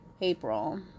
April